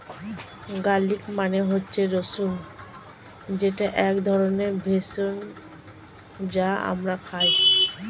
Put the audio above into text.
garlic মানে হচ্ছে রসুন যেটা এক ধরনের ভেষজ যা আমরা খাই